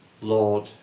Lord